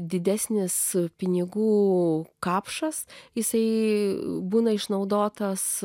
didesnis pinigų kapšas jisai būna išnaudotas